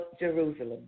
Jerusalem